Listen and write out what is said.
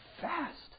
fast